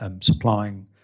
Supplying